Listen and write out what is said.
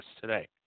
today